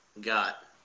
got –